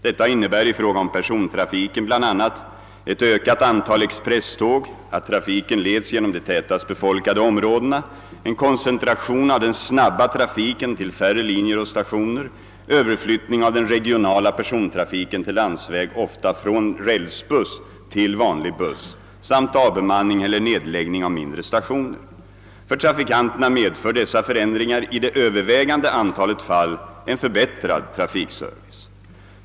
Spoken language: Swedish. Detta innebär i fråga om persontrafiken bl.a. ett ökat antal expresståg, att trafiken leds genom de tätast befolkade områdena, en koncentration av den snabba trafiken till färre linjer och stationer, överflyttning av den regionala persontrafiken till landsväg — ofta från rälsbuss till vanlig buss — samt avbemanning eller nedläggning av mindre stationer. För trafikanterna medför dessa förändringar i det övervägande antalet fall en förbättrad trafikservice.